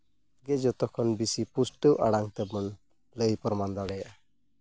ᱚᱱᱟᱜᱮ ᱡᱚᱛᱚ ᱠᱷᱚᱱ ᱵᱮᱥᱤ ᱯᱩᱥᱴᱟᱹᱣ ᱟᱲᱟᱝ ᱛᱮᱵᱚᱱ ᱞᱟᱹᱭ ᱯᱨᱚᱢᱟᱱ ᱫᱟᱲᱮᱭᱟᱜᱼᱟ